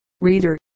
reader